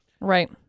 Right